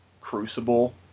crucible